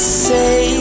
say